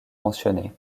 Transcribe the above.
mentionné